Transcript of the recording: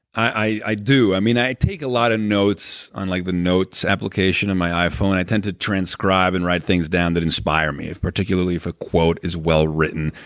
i i do. i mean, i take a lot of notes on like the notes application on my iphone. i tend to transcribe and write things down that inspire me, particularly if a quote is well-written,